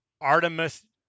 Artemis